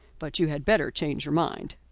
but you had better change your mind.